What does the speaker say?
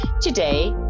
Today